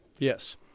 Yes